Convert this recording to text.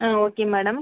ah okay madam